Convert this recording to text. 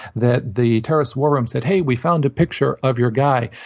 that the terrorist war room said, hey. we found a picture of your guy.